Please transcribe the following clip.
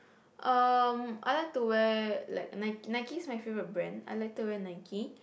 um I like to wear like Nike Nike is my favorite brand I like to wear Nike